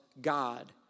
God